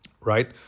right